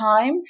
time